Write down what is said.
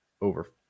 over